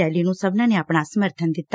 rally ਨੰ ਸਭਨਾ ਨੇ ਆਪਣਾ ਸਮਰਬਣ ਦਿੱਤਾ